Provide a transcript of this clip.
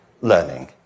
learning